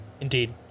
indeed